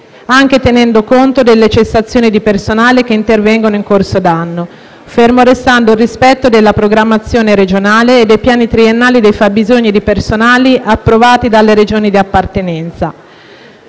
anche tenendo conto delle cessazioni di personale che intervengano in corso d'anno, fermo restando il rispetto della programmazione regionale e dei piani triennali dei fabbisogni di personale approvati dalle Regioni di appartenenza.